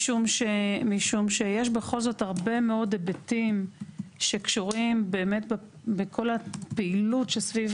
משום שיש בכל זאת הרבה מאוד היבטים שקשורים באמת בכל הפעילות שסביב